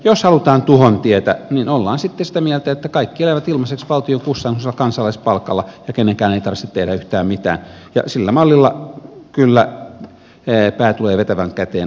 jos halutaan tuhon tietä niin ollaan sitten sitä mieltä että kaikki elävät ilmaiseksi valtion kustannuksella kansalaispalkalla ja kenenkään ei tarvitse tehdä yhtään mitään ja sillä mallilla kyllä pää tulee vetävän käteen aikaa myöten